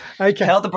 okay